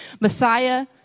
Messiah